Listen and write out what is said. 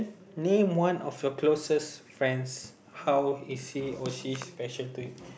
name one of your closest friends how is he or she special to you